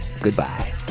Goodbye